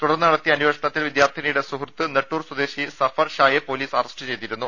തുടർന്ന് നടത്തിയ അന്വേഷണത്തിൽ വിദ്യാർഥിനിയുടെ സുഹൃത്ത് നെട്ടൂർ സ്വദേശിർ സഫർ ഷായെ പോലീസ് അറസ്റ്റ് ചെയ്തിരുന്നു